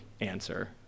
answer